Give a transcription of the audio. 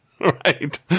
Right